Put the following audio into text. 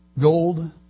gold